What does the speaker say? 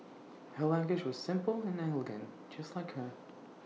her language was simple and elegant just like her